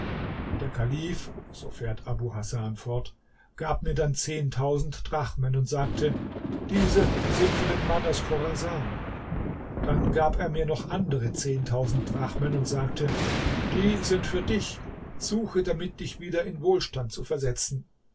der kalif so fährt abu hasan fort gab mir dann zehntausend drachmen und sagte diese sind für den mann aus chorasan dann gab er mir noch andere zehntausend drachmen und sagte die sind für dich suche damit dich wieder in wohlstand zu versetzen